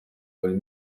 buri